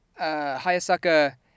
Hayasaka